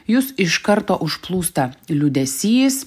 jus iš karto užplūsta liūdesys